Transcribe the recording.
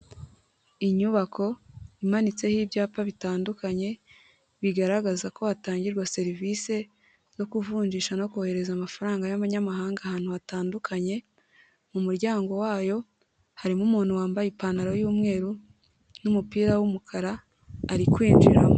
Inyubako imanitseho ibyapa bitandukanye bigaragaza ko hatangirwa serivisi zo kuvunjisha no kohereza amafaranga y'abanyamahanga ahantu hatandukanye m'umuryango wayo harimo umuntu wambaye ipantaro y'umweru n'umupira wumukara ari kwinjiramo.